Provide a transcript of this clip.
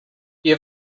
you